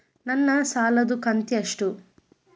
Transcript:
ನನ್ನ ಸಾಲದು ಕಂತ್ಯಷ್ಟು?